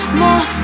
more